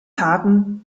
harten